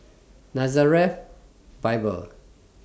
Nazareth Bible